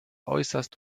äußerst